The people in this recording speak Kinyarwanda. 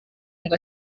ngo